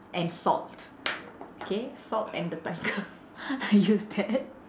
and salt K salt and the tiger I use that